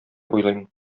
уйлыйм